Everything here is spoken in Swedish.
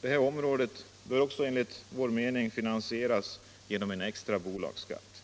detta område bör enligt vår mening finansieras genom en extra bolagsskatt.